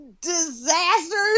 disasters